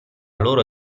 loro